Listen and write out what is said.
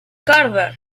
carver